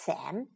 Sam